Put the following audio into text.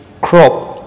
crop